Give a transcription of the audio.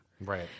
Right